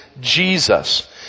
Jesus